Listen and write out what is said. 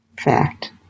fact